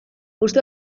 uste